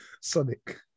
Sonic